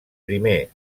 primer